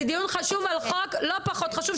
זה דיון לא פחות חשוב,